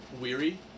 weary